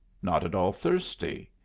not at all thirsty.